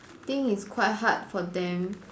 think it's quite hard for them